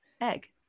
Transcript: egg